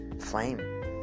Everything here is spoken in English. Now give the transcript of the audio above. flame